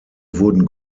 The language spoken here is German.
wurden